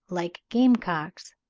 like game-cocks.